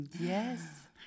Yes